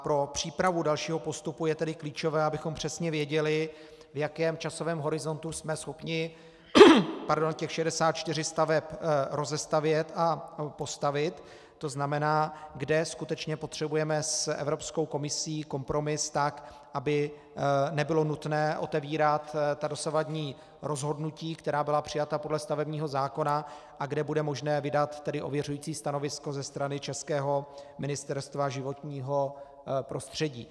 Pro přípravu dalšího postupu je tedy klíčové, abychom přesně věděli, v jakém časovém horizontu jsme schopni těch 64 staveb rozestavět a postavit, to znamená, kde skutečně potřebujeme s Evropskou komisí kompromis, tak aby nebylo nutné otevírat ta dosavadní rozhodnutí, která byla přijata podle stavebního zákona a kde bude možné vydat tedy ověřující stanovisko ze strany českého Ministerstva životního prostředí.